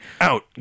Out